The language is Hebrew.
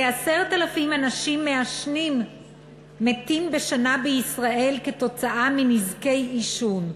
כ-10,000 אנשים מעשנים מתים בשנה בישראל כתוצאה מנזקי עישון.